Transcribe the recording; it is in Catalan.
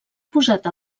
posat